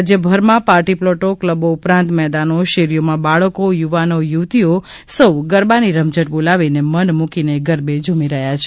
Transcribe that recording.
રાજયભરમાં પાર્ટીપ્લોટો કલબો ઉપરાંત મેદાનો શેરીઓમાં બાળકો યુવાનો યુવતીએ સૌ ગરબાની રમઝટ બોવાલીને મન મૂકીને ગરબે ઝૂમી રહ્યા છે